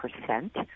percent